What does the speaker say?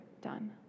done